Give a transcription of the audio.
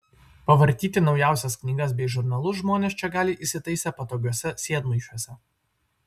pavartyti naujausias knygas bei žurnalus žmonės čia gali įsitaisę patogiuose sėdmaišiuose